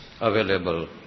available